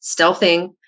stealthing